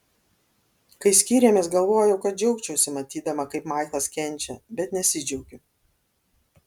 kai skyrėmės galvojau kad džiaugčiausi matydama kaip maiklas kenčia bet nesidžiaugiu